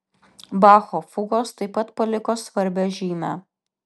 bacho fugos taip pat paliko svarbią žymę